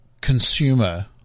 consumer